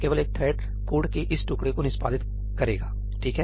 केवल एक thread code के इस टुकड़े को निष्पादित करेगाठीक है